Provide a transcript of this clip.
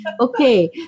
Okay